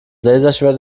laserschwert